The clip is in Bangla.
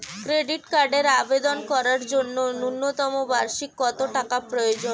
ক্রেডিট কার্ডের আবেদন করার জন্য ন্যূনতম বার্ষিক কত টাকা প্রয়োজন?